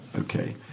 okay